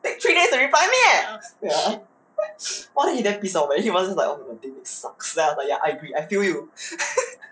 take three days to reply me eh ya !wah! then he damn pissed off then he was just like oh my god dating sucks then I'm like ya I agree I feel you